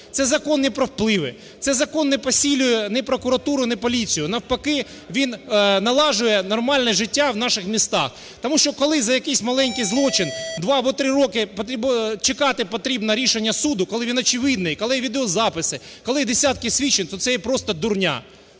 цей закон не про впливи, цей закон не посилює ні прокуратуру, ні поліції, навпаки, він налагоджує нормальне життя в наших містах. Тому що коли за якийсь маленький злочин 2 або 3 роки чекати потрібно рішення суду, коли він очевидний, коли відеозаписи, коли є десятки свідчень, то це є просто дурня.